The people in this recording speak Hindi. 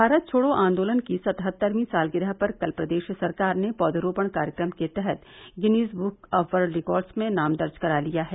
भारत छोड़ो आंदोलन की सत्तहत्तरवीं सालगिरह पर कल प्रदेश सरकार ने पौधरोपण कार्यक्रम के तहत Guinness book of world records में नाम दर्ज करा लिया है